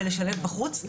ולשלב בחוץ.